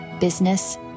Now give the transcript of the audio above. business